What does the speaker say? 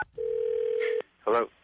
Hello